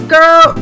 Girl